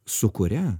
su kuria